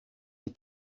die